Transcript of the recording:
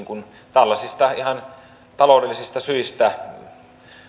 tällaisista ihan taloudellisista syistä